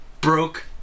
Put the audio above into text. broke